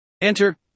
Enter